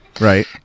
right